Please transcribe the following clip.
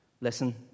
Listen